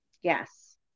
Yes